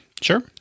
Sure